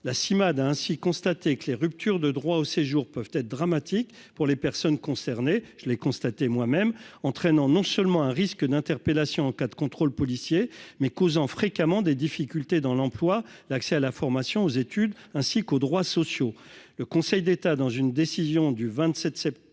la Cimade a ainsi constaté que les ruptures de droit au séjour peuvent être dramatiques pour les personnes concernées, je l'ai constaté moi-même entraînant non seulement un risque d'interpellations en cas de contrôle policier mais causant fréquemment des difficultés dans l'emploi, l'accès à la formation aux études, ainsi qu'aux droits sociaux, le Conseil d'État, dans une décision du 27 novembre